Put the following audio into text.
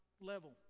level